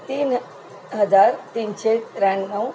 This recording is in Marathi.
तीन हजार तीनशे त्र्याण्णव